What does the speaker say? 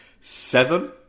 seven